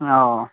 oh